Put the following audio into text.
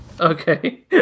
okay